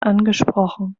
angesprochen